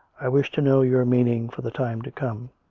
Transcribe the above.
i wish to know your meaning for the time to come.